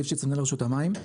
אני מנהל רשות המים.